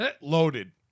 Loaded